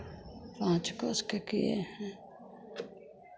पाँच कोस के किए हैं